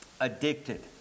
addicted